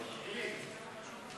הראשונה: